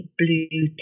blue